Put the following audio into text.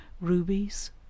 rubies